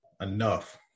enough